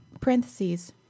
parentheses